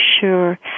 sure